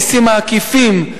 המסים העקיפים.